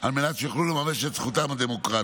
על מנת שיוכלו לממש את זכותם הדמוקרטית.